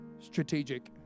strategic